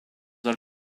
are